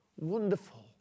Wonderful